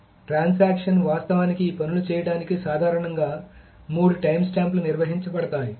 కాబట్టి ట్రాన్సాక్షన్ వాస్తవానికి ఈ పనులు చేయడానికి సాధారణంగా మూడు టైమ్ స్టాంపులు నిర్వహించబడతాయి